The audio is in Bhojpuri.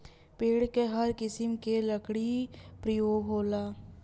पेड़ क हर किसिम के लकड़ी परयोग होला